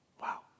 Wow